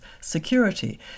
security